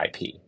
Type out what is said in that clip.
IP